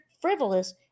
frivolous